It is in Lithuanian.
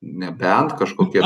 nebent kažkokie